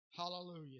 Hallelujah